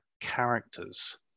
characters